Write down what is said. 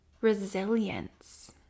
resilience